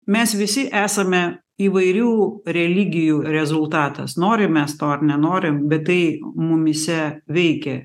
mes visi esame įvairių religijų rezultatas norim mes to ar nenorim bet tai mumyse veikia